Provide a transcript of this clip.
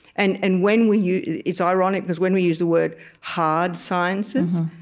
and and when we use it's ironic because when we use the word hard sciences,